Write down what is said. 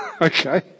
Okay